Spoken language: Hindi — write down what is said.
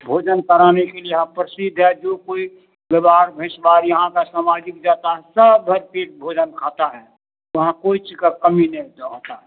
भोजन कराने के लिए यहाँ प्रसिद्ध है जो कोई बैबार भैंसबार यहाँ का समाजिक आता है सब भरपेट भोजन खाता है यहाँ कोई चीज का कमी नहीं हो होता है